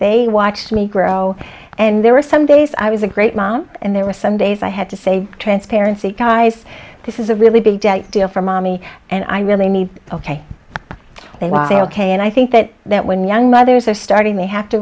they watched me grow and there were some days i was a great mom and there were some days i had to say transparency guys this is a really big deal for mommy and i really need ok they want the ok and i think that that when young mothers are starting they have to